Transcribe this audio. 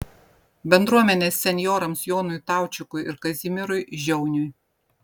bendruomenės senjorams jonui taučikui ir kazimierui žiauniui